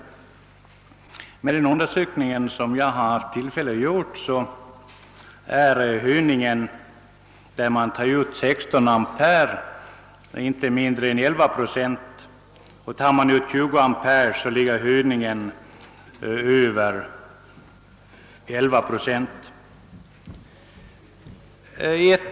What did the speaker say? Enligt den undersökning som jag har haft tillfälle att göra är höjningen, när man tar ut 16 ampere, inte mindre än 11 procent och, om man tar ut 20 ampere, är den något mer än 11 procent.